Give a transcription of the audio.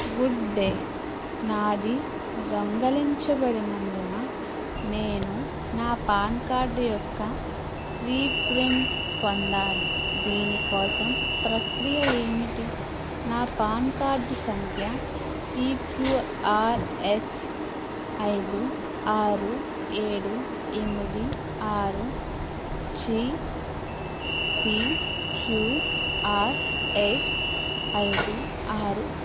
good day నాది దొంగలించబడినందున నేను నా పాన్ కార్డ్ యొక్క రీప్రింట్ పొందాలి దీని కోసం ప్రక్రియ ఏమిటి నా పాన్ కార్డ్ సంఖ్య పీ క్యూ ఆర్ ఎస్ ఐదు ఆరు ఏడు ఎనిమిది ఆరు G P Q R S ఐదు ఆరు